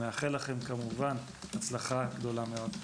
אני מאחל לכם כמובן הצלחה גדולה מאוד.